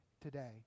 today